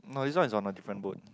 not this one is on my different boat